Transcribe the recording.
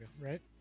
Right